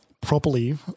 properly